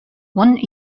one